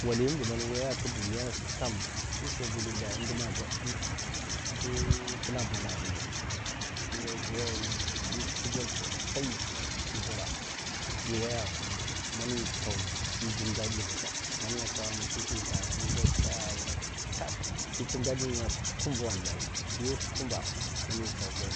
Swali diman en waya t'duni sat kam fisi bilal lai kam, en ndna yi tsiball sosai yi tsi balla, yi waya kuma man yi tsaw yi tsin daɗi vuga man nga tsawa mazlihi ga nga ngoshe, yi tsin daɗi n'nga kumba yi wufa man yi staw boll